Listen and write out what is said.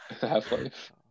Half-Life